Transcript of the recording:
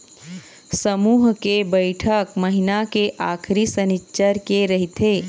समूह के बइठक महिना के आखरी सनिच्चर के रहिथे